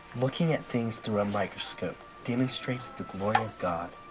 looking at things through a microscope demonstrates the glory of god.